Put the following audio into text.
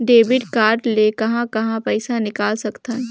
Debit card ले कहां कहां पइसा निकाल सकथन?